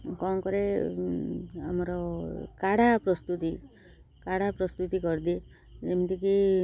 କ'ଣ କରେ ଆମର କାଢ଼ା ପ୍ରସ୍ତୁତି କାଢ଼ା ପ୍ରସ୍ତୁତି କରିଦିଏ ଯେମିତିକି